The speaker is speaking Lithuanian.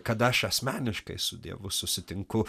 kada aš asmeniškai su dievu susitinku